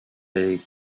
est